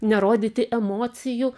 nerodyti emocijų